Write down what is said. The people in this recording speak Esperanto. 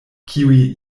kiuj